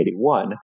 1981